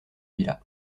villa